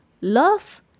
love